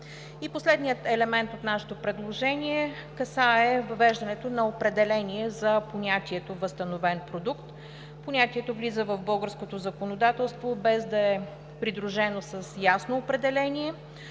Последният елемент от нашето предложение касае въвеждането на определение за понятието „възстановен продукт“. Понятието влиза в българското законодателство, придружено с ясно определение